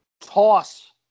Toss